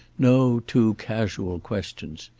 no too casual questions.